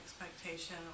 expectation